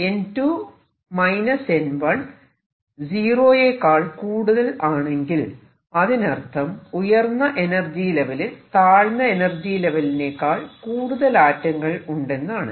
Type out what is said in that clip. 0 ആണെങ്കിൽ അതിനർത്ഥം ഉയർന്ന എനർജി ലെവലിൽ താഴ്ന്ന എനർജി ലെവലിനേക്കാൾ കൂടുതൽ ആറ്റങ്ങൾ ഉണ്ടെന്നാണ്